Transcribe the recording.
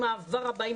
עם אהבה רבה,